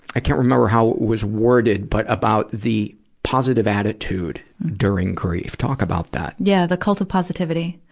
i can't remember how it was worded, but about the positive attitude during grief. talk about that. yeah, the cult of positivity,